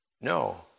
No